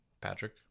Patrick